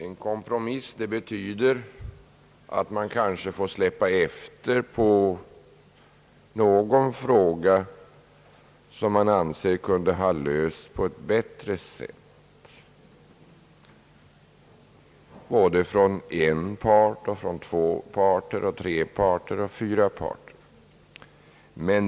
En kompromiss betyder att man kanske får släppa efter på någon punkt, som man både från en parts och från två, tre eller fyra parters synpunkter möjligen anser kunde ha lösts på ett bättre sätt.